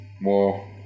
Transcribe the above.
more